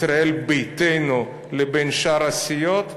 ישראל ביתנו לבין שאר הסיעות.